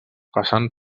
passant